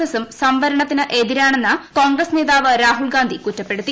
എസ്സും സംവരണത്തിന് എതിരാണെന്ന് കോൺഗ്രസ് നേതാവ് രാഹുൽഗാന്ധി കുറ്റപ്പെടുത്തി